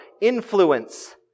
influence